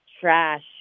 trash